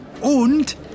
und